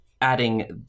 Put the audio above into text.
adding